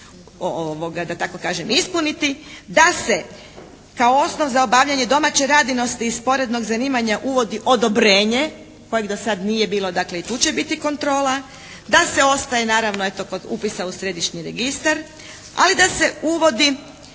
da se kao osnov za obavljanje domaće radinosti i sporednog zanimanja uvodi odobrenje kojeg dosad nije bilo dakle, i tu će biti kontrola, da se ostaje eto, naravno kod upisa u središnji registar. Ali da se uvodi